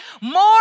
more